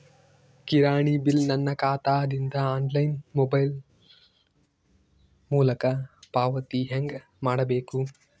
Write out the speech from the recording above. ಕಿರಾಣಿ ಬಿಲ್ ನನ್ನ ಖಾತಾ ದಿಂದ ಆನ್ಲೈನ್ ಮೊಬೈಲ್ ಮೊಲಕ ಪಾವತಿ ಹೆಂಗ್ ಮಾಡಬೇಕು?